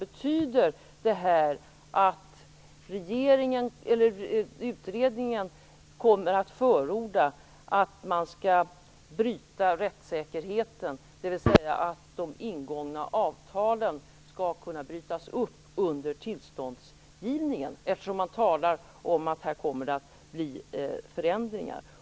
Betyder det här att utredningen kommer att förorda att man skall bryta rättssäkerheten, dvs. att de ingångna avtalen skall kunna brytas upp under tillståndsgivningstiden, eftersom Kurt Ove Johansson talar om att det skall ske förändringar?